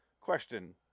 Question